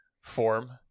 form